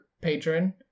patron